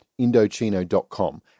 Indochino.com